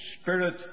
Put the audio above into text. Spirit